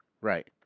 Right